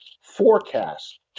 forecast